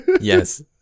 Yes